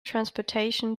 transportation